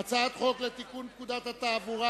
מסדר-היום את הצעת חוק לתיקון פקודת התעבורה